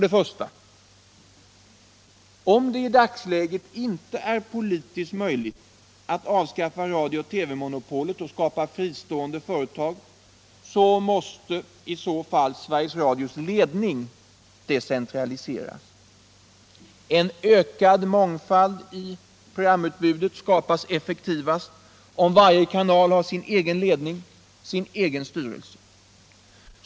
1. Om det i dagsläget inte är politiskt möjligt att avskaffa radio/TV monopolet och skapa fristående företag, så måste Sveriges Radios ledning decentraliseras. En ökad mångfald i programutbudet skapas effektivast om varje kanal har sin egen ledning, sin egen styrelse.